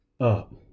up